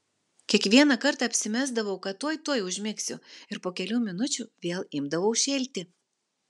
kiekvieną kartą apsimesdavau kad tuoj tuoj užmigsiu ir po kelių minučių vėl imdavau šėlti